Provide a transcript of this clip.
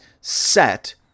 set